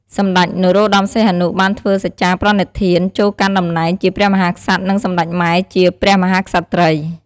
សម្តេច នរោត្តម សីហនុ បានធ្វើសច្ចាប្រណិធាន ចូលកាន់តំណែងជាព្រះមហាក្សត្រ និងសម្តេច ម៉ែ ជាព្រះមហាក្សត្រី។